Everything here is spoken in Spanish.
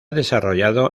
desarrollado